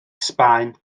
sbaen